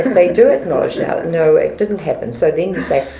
they do acknowledge that, no, it didn't happen. so then say,